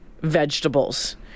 vegetables